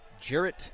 Jarrett